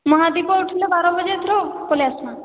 ମହାଦୀପ ଉଠିଲେ ବାର ବଜେ ଏଥର ପଲେଆସମା